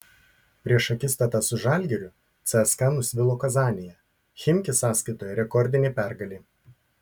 prieš akistatą su žalgiriu cska nusvilo kazanėje chimki sąskaitoje rekordinė pergalė